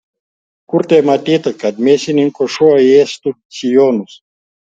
kur tai matyta kad mėsininko šuo ėstų sijonus